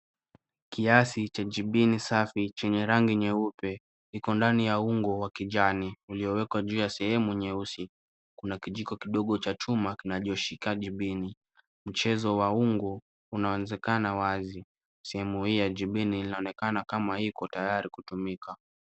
Kiasi cha jibini safi chenye rangi nyeupe iko ndani ya ungo wa kijani uliowekwa juu ya sehemu nyeusi. Kuna kijiko kidogo cha chuma kinachoshika jibini. Mchezo wa ungo unaonekana wazi. Sehemu hii ya jibini inaonekana kama iko tayari kutumika.